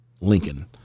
Lincoln